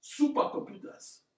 supercomputers